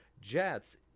jets